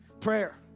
prayer